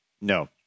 no